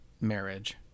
marriage